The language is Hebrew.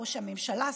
ראש הממשלה,